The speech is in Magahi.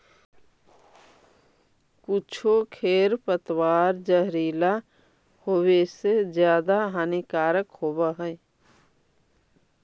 कुछो खेर पतवार जहरीला होवे से ज्यादा हानिकारक होवऽ हई